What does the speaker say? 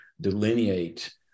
delineate